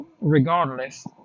Regardless